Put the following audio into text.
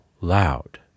loud